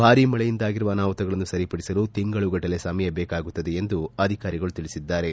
ಭಾರಿ ಮಳೆಯಿಂದಾಗಿರುವ ಅನಾಹುತಗಳನ್ನು ಸರಿಪಡಿಸಲು ತಿಂಗಳುಗಟ್ಟಲೆ ಸಮಯ ಬೇಕಾಗುತ್ತದೆ ಎಂದು ಅಧಿಕಾರಿಗಳು ತಿಳಿಸಿದ್ದಾರೆ